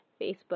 Facebook